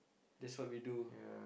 that's what we do